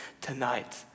tonight